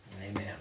Amen